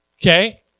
Okay